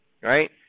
Right